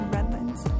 Redlands